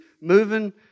moving